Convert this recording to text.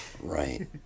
right